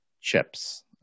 chips